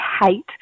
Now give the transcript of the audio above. hate